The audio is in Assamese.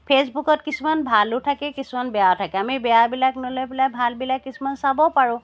ফে'চবুকত কিছুমান ভালো থাকে কিছুমান বেয়াও থাকে আমি বেয়াবিলাক নলৈ পেলাই ভাল বিলাক কিছুমান চাব পাৰো